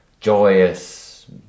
joyous